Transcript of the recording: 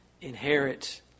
inherit